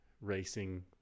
racing